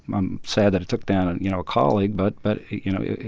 i'm sad that it took down, and you know, a colleague, but, but you know,